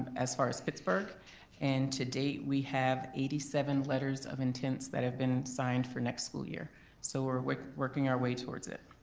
as far as pittsburgh and to date, we have eighty seven letters of intents that have been signed for next school year so we're we're working our way towards it.